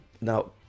now